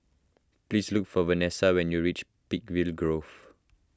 please look for Vanesa when you reach Peakville Grove